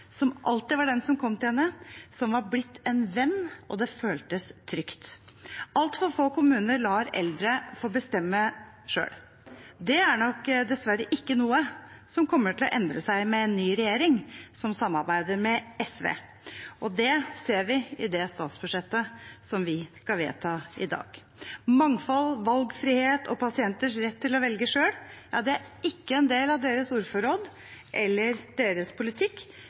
som alltid var den som kom til henne, som var blitt en venn, og det føltes trygt. Altfor få kommuner lar eldre få bestemme selv. Det er nok dessverre ikke noe som kommer til å endre seg med ny regjering, som samarbeider med SV, og det ser vi i det statsbudsjettet som vi skal vedta i dag. Mangfold, valgfrihet og pasienters rett til å velge selv er ikke en del av deres ordforråd eller deres politikk,